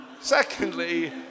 Secondly